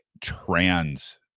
trans